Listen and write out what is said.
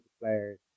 players